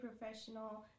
professional